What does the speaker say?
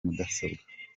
mudasobwa